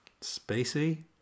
spacey